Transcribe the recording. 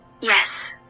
yes